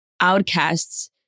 outcasts